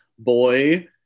Boy